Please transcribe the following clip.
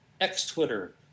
X-Twitter